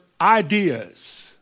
ideas